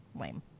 lame